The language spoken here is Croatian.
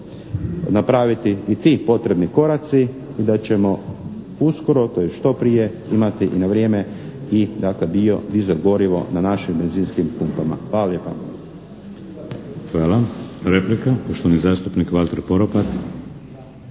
napraviti i ti potrebni koraci i da ćemo uskoro, tj. što prije imati i na vrijeme i dakle biodizel gorivo na našim benzinskim pumpama. Hvala lijepa.